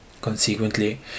Consequently